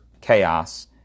chaos